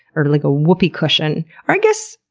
or like a whoopee cushion, or i guess,